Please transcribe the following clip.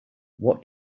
what